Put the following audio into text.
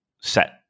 set